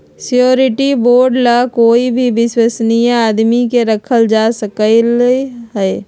surety bond ला कोई भी विश्वस्नीय आदमी के रखल जा सकलई ह